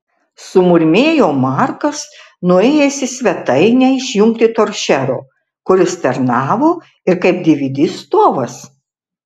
sumurmėjo markas nuėjęs į svetainę išjungti toršero kuris tarnavo ir kaip dvd stovas